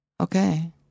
Okay